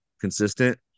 consistent